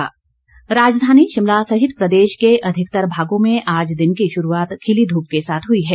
मौसम राजधानी शिमला सहित प्रदेश के अधिकतर भागों में आज दिन की शुरूआत खिली धूप के साथ हुई है